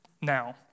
now